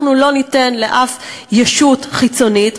אנחנו לא ניתן לאף ישות חיצונית,